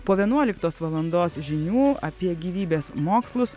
po vienuoliktos valandos žinių apie gyvybės mokslus